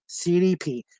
CDP